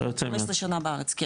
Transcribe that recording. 15 שנה בארץ.